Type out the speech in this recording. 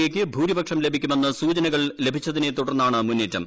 A യ്ക്ക് ഭൂരിപക്ഷം ലഭിക്കുമെന്ന് സൂചനകൾ ലഭിച്ചതിനെ തുടർന്നാണ് മുന്നേറ്റം